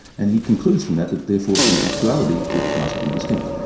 and he concludes from that that therefore in actuality it must be distinct.